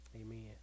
amen